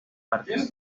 artes